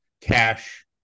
cash